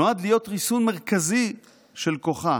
"נועד להיות ריסון מרכזי של כוחה.